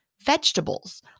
vegetables